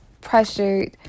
pressured